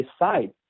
decide